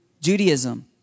Judaism